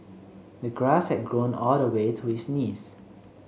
the grass had grown all the way to his knees